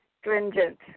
stringent